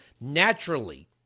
naturally